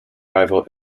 rival